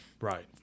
Right